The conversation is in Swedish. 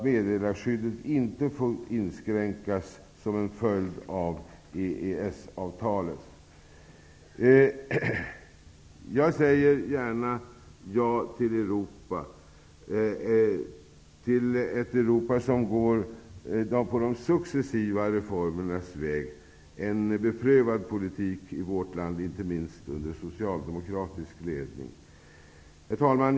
Meddelarskyddet får inte inskränkas som en följd av EES-avtalet. Jag säger gärna ja till Europa, till ett Europa som går de successiva reformernas väg. Det är en beprövad politik i vårt land, inte minst under socialdemokratisk ledning. Herr talman!